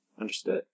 Understood